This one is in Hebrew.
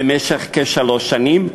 במשך כשלוש שנים.